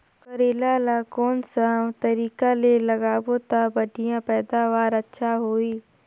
करेला ला कोन सा तरीका ले लगाबो ता बढ़िया पैदावार अच्छा होही?